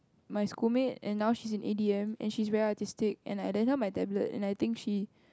my school mate and now she is in A_D_M and she is very artistic and like that time my tablet and I think she